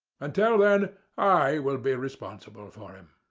until then i will be responsible for him.